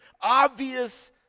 obvious